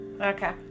Okay